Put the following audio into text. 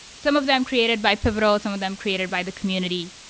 some of them created by pivotal, ah some of them created by the community.